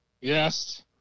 Yes